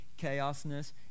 chaosness